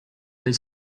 del